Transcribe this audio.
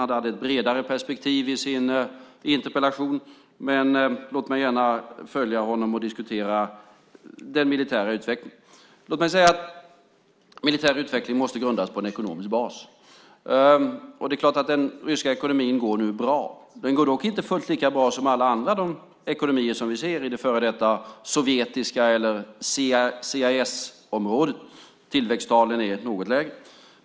Han hade ett bredare perspektiv i sin interpellation, men jag kan gärna följa honom och diskutera den militära utvecklingen. Militär utveckling måste grundas på ekonomin. Det är klart att den ryska ekonomin nu går bra. Den går dock inte fullt lika bra som alla andra ekonomier som vi ser i det före detta sovjetiska området, CIS-området. Tillväxttalen är något lägre.